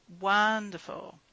wonderful